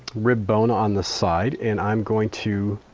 rib bone on the side and i'm going to